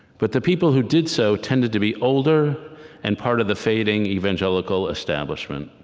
but the people who did so tended to be older and part of the fading evangelical establishment.